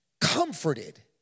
comforted